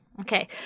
Okay